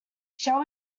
shall